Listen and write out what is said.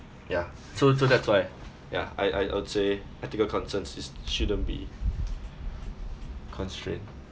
ya so so that's why ya I I I would say ethical concerns is shouldn't be constrained